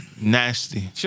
Nasty